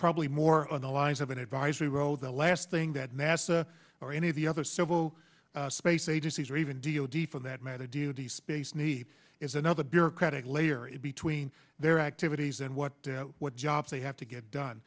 probably more on the lines of an advisory role the last thing that nasa or any of the other civil space agencies or even d o d for that matter do the space needs is another bureaucratic layer in between their activities and what what jobs they have to get done